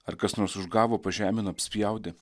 ar kas nors užgavo pažemino apspjaudė